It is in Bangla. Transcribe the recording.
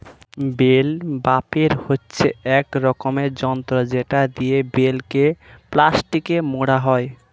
বেল বাপের হচ্ছে এক রকমের যন্ত্র যেটা দিয়ে বেলকে প্লাস্টিকে মোড়া হয়